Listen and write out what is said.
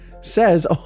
says